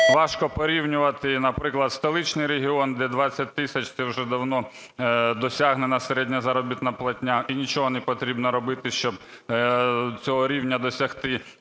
важко порівнювати, наприклад, столичний регіон, де 20 тисяч – це вже давно досягнена середня заробітна платня і нічого не потрібно робити, щоб цього рівня досягти.